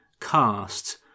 cast